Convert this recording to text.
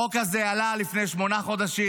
החוק הזה עלה לפני שמונה חודשים.